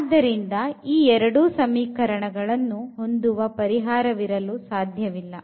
ಆದ್ದರಿಂದ ಎರಡು ಸಮೀಕರಣಗಳನ್ನು ಹೊಂದುವ ಪರಿಹಾರವಿರಲು ಸಾಧ್ಯವಿಲ್ಲ